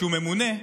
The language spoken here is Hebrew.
שהוא ממונה,